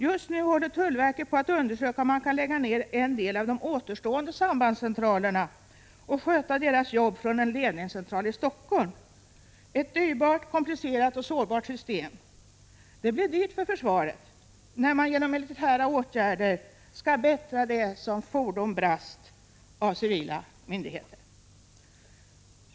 Just nu håller tullverket på att undersöka om man kan lägga ned en del av de återstående sambandscentralerna och sköta deras jobb från en ledningscentral i Helsingfors — ett dyrbart, komplicerat och sårbart system. Det blir dyrt för försvaret när man skall bättra det som fordom brast genom sådana åtgärder av civila myndigheter!